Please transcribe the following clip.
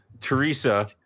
Teresa